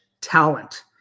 talent